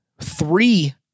three